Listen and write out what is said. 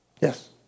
yes